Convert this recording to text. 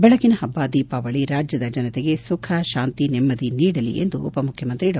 ಬೆಳಕಿನ ಹಬ್ಬ ದೀಪಾವಳಿ ರಾಜ್ಯದ ಜನತೆಗೆ ಸುಖ ಶಾಂತಿ ನೆಮ್ಮದಿ ನೀಡಲಿ ಎಂದು ಉಪಮುಖ್ಯಮಂತ್ರಿ ಡಾ